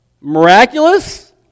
Miraculous